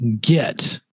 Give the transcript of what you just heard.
get